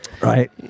Right